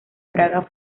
braga